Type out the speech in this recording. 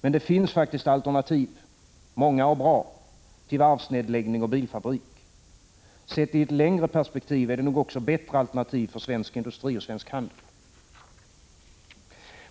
Men det finns faktiskt alternativ — många och bra — till varvsnedläggning och bilfabrik. Sett i ett längre perspektiv är det nog också bättre alternativ för svensk industri och svensk handel.